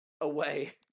Away